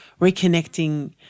reconnecting